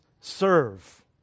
serve